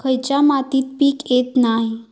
खयच्या मातीत पीक येत नाय?